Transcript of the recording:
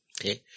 Okay